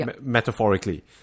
metaphorically